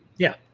yeah.